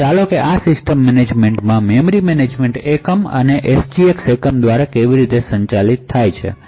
તો ચાલો જોઈએ કે આ સિસ્ટમ મેનેજમેન્ટનાં મેમરી મેનેજમેન્ટ એકમો અને SGX એકમો દ્વારા કેવી રીતે સંચાલિત થાય છે